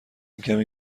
کمی